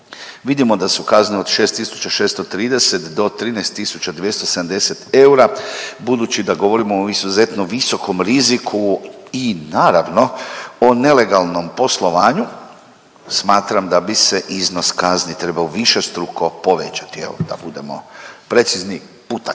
Vidimo da su kazne od 6.630 do 13.270 eura budući da govorimo o izuzetno visokom riziku i naravno o nelegalnom poslovanju smatram da bi se iznos kazni trebao višestruko povećati. Evo, da budemo precizni puta